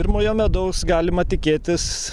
pirmojo medaus galima tikėtis